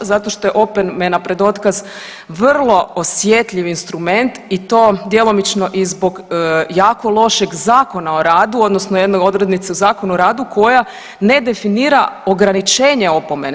Zato što je opomena pred otkaz vrlo osjetljiv instrument i to djelomično i zbog jako lošeg Zakona o radu odnosno jedne odrednice u Zakonu o radu koja ne definira ograničenje opomene.